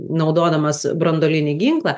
naudodamas branduolinį ginklą